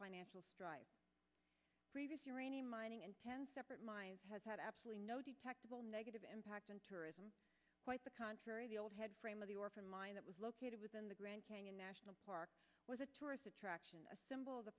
financial strife previous uranium mining and ten separate mines has had absolutely no detectable negative impact on tourism quite the contrary the old head frame of the or for mine that was located within the grand canyon national park was a tourist attraction a symb